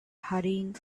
hurrying